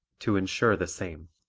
to insure the same.